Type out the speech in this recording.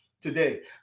today